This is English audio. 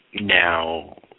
now